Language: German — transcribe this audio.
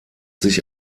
sich